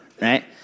right